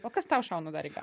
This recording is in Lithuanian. o kas tau šauna dar į gal